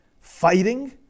fighting